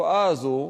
לתופעה הזו,